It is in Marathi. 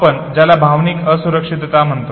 आपण ज्याला भावनिक असुरक्षितता म्हणतो